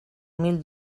mil